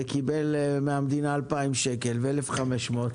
וקיבל מהמדינה 2,000 שקל ו-1,500.